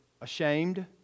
ashamed